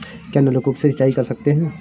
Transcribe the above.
क्या नलकूप से सिंचाई कर सकते हैं?